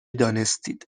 دانستید